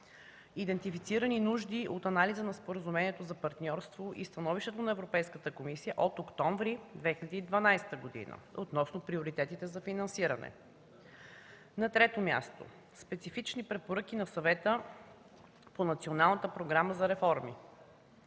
идентифицирани нужди от анализа на Споразумението за партньорство и становищата на Европейската комисия от месец октомври 2012 г. относно приоритетите за финансиране. На трето място, специфични препоръки на Съвета по Националната програма за реформи;